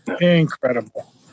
incredible